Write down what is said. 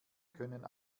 können